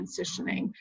transitioning